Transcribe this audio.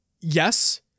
yes